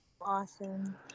Awesome